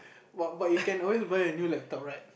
what but you can always buy a new laptop right